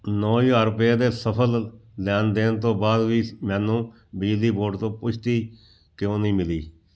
ਨੌ ਹਜ਼ਾਰ ਰੁਪਏ ਦੇ ਸਫਲ ਲੈਣ ਦੇਣ ਤੋਂ ਬਾਅਦ ਵੀ ਮੈਨੂੰ ਬਿਜਲੀ ਬੋਰਡ ਤੋਂ ਪੁਸ਼ਟੀ ਕਿਉਂ ਨਹੀਂ ਮਿਲੀ